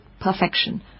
perfection